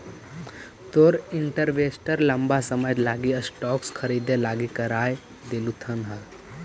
तोर इन्वेस्टर लंबा समय लागी स्टॉक्स खरीदे लागी का राय देलथुन हे?